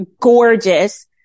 gorgeous